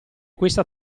questa